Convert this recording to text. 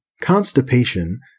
constipation